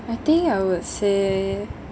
I think I would say